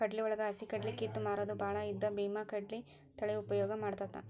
ಕಡ್ಲಿವಳಗ ಹಸಿಕಡ್ಲಿ ಕಿತ್ತ ಮಾರುದು ಬಾಳ ಇದ್ದ ಬೇಮಾಕಡ್ಲಿ ತಳಿ ಉಪಯೋಗ ಮಾಡತಾತ